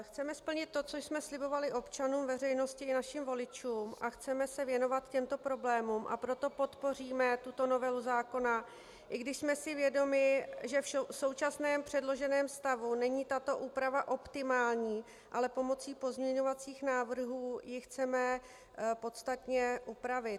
Chceme splnit to, co jsme slibovali občanům, veřejnosti i našim voličům, a chceme se věnovat těmto problémům, a proto podpoříme tuto novelu zákona, i když jsme si vědomi, že v současném předloženém stavu není tato úprava optimální, ale pomocí pozměňovacích návrhů ji chceme podstatně upravit.